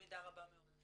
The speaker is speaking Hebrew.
במידה רבה מאוד.